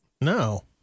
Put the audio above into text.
No